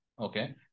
Okay